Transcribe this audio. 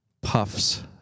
puffs